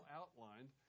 outlined